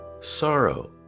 sorrow